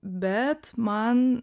bet man